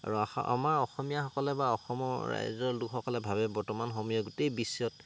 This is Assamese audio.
আৰু আশা আমাৰ অসমীয়াসকলে বা অসমৰ ৰাজ্যৰ লোকসকলে ভাৱে বৰ্তমান অসমীয়া গোটেই বিশ্বত